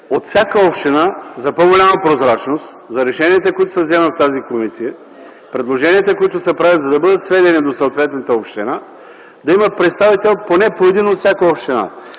от всяка община, за по-голяма прозрачност за решенията, които ще се взимат в тази комисия, предложенията, които се правят, за да бъдат сведени до съответната община, да има поне по един представител от всяка община.